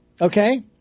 okay